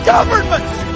Governments